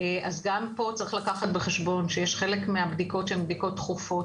אז גם פה צריך לקחת בחשבון שיש חלק מהבדיקות שהן בדיקות דחופות,